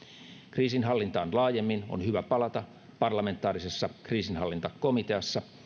kriisinhallintaan laajemmin on hyvä palata parlamentaarisessa kriisinhallintakomiteassa